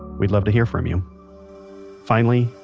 we'd love to hear from you finally,